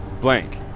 blank